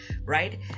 Right